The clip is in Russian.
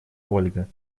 ольга